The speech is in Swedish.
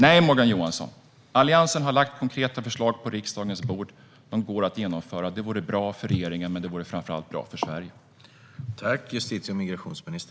Nej, Morgan Johansson, Alliansen har lagt konkreta förslag på riksdagens bord. De går att genomföra. Det vore bra för regeringen, men det vore framför allt bra för Sverige.